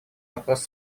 вопрос